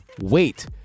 wait